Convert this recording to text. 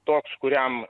toks kuriam